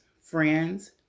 friends